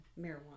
marijuana